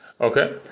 Okay